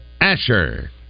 Asher